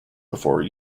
before